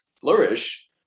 flourish